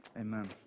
Amen